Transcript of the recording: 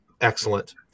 excellent